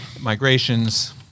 Migrations